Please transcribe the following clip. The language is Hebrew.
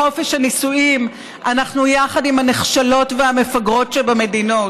בחופש הנישואים אנחנו יחד עם הנחשלות והמפגרות שבמדינות.